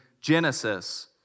Genesis